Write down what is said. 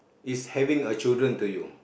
is having a children to you